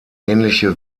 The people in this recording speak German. ähnliche